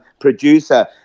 producer